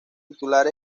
titular